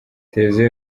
televiziyo